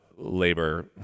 labor